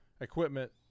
equipment